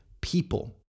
people